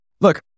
look